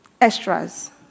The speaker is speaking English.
extra's